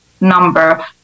number